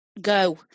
go